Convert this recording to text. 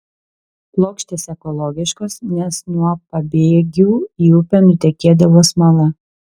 plokštės ekologiškos nes nuo pabėgių į upę nutekėdavo smala